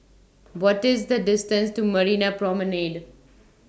What IS The distance to Marina Promenade